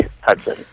Hudson